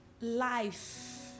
life